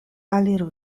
aliru